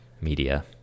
media